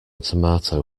tomato